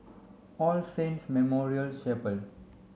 all Saints Memorial Chapel